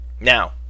Now